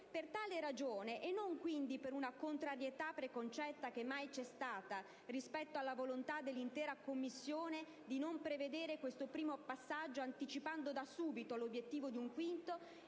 Per tale ragione, e non quindi per una contrarietà preconcetta, che mai c'è stata, rispetto alla volontà dell'intera Commissione di non prevedere questo primo passaggio, anticipando da subito l'obiettivo di un quinto,